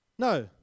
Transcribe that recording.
No